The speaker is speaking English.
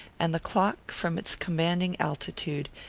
and the clock, from its commanding altitude,